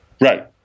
Right